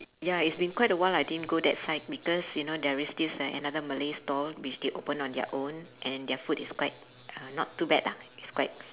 ya it's been quite awhile I didn't go that side because you know there is this uh another malay stall which they open on their own and their food is quite uh not too bad ah it's quite